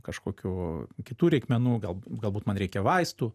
kažkokių kitų reikmenų gal galbūt man reikia vaistų